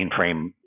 mainframe